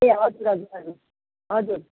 ए हजुर हजुर हजुर हजुर